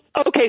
Okay